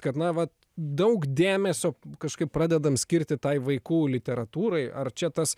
kad na vat daug dėmesio kažkaip pradedam skirti tai vaikų literatūrai ar čia tas